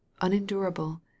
unendurable